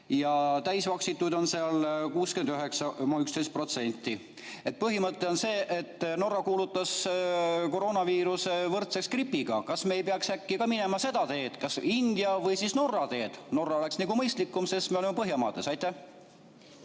Täisvaktsituid on seal 69,11%. Põhimõte on see, et Norra kuulutas koroonaviiruse võrdseks gripiga. Kas me ei peaks äkki ka minema seda teed, kas India või Norra teed? Norra tee oleks mõistlikum, sest me oleme põhjamaa. Aitäh!